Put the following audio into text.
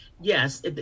yes